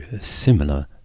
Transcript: similar